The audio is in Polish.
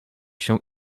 się